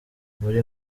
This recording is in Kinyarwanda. muri